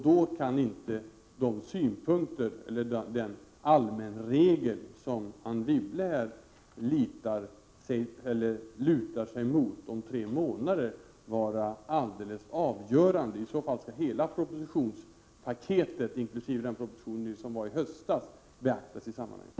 Då kan inte den allmänna regel om tre månaders remisstid som Anne Wibble här lutar sig mot vara alldeles avgörande. I så fall skulle hela propositionspaketet, inkl. den proposition som behandlades i höstas, beaktas i sammanhanget.